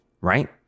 right